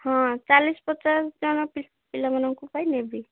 ହଁ ଚାଲିଶ ପଚାଶ ଜଣ ପିଲା ପିଲାମାନଙ୍କ ପାଇଁ ନେବି